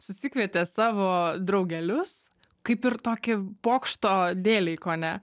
susikvietė savo draugelius kaip ir tokį pokšto dėlei kone